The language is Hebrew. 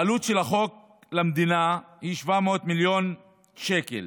העלות של החוק למדינה היא 700 מיליון שקל.